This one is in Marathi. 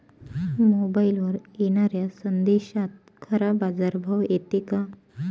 मोबाईलवर येनाऱ्या संदेशात खरा बाजारभाव येते का?